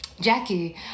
Jackie